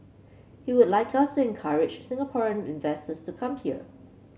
he would like us to encourage Singaporean investors to come here